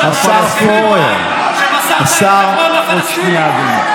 שמסרת את הכול לפלסטינים,